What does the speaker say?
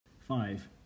Five